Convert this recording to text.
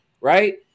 right